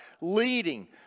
Leading